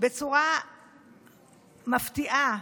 בצורה מפתיעה.